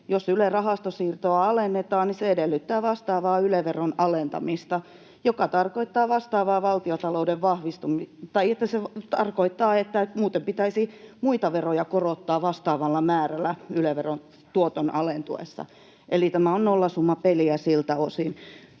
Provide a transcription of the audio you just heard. jos Ylen rahastosiirtoa alennetaan, niin se edellyttää vastaavaa Yle-veron alentamista, joka tarkoittaa, että pitäisi muita veroja korottaa vastaavalla määrällä Yle-veron tuoton alentuessa, eli tämä on nollasummapeliä siltä osin.